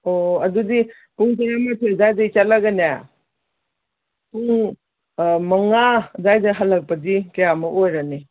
ꯑꯣ ꯑꯗꯨꯗꯤ ꯄꯨꯡ ꯇꯔꯥꯃꯥꯊꯣꯏ ꯑꯗꯨꯋꯥꯏꯗꯩ ꯆꯠꯂꯒꯅꯦ ꯄꯨꯡ ꯃꯉꯥ ꯑꯗꯨꯋꯥꯏꯗ ꯍꯜꯂꯛꯄꯗꯤ ꯀꯌꯥꯃꯨꯛ ꯑꯣꯏꯔꯅꯤ